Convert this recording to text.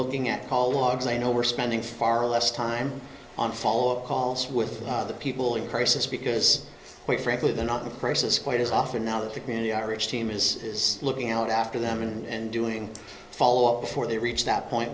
looking at call logs they know we're spending far less time on follow up calls with the people in crisis because quite frankly they're not a crisis quite as often now that the community outreach team is looking out after them and doing follow up before they reach that point